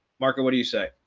marco, what do you say?